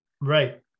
Right